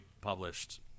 published